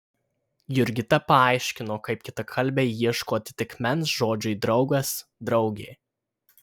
jurgita paaiškino kaip kitakalbiai ieško atitikmens žodžiui draugas draugė